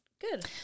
Good